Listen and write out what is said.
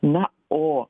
na o